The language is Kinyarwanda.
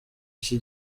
iki